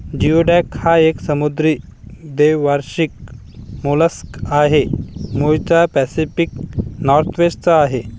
geoduck हा एक समुद्री द्वैवार्षिक मोलस्क आहे, मूळचा पॅसिफिक नॉर्थवेस्ट चा आहे